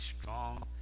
strong